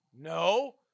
No